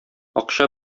акча